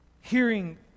hearing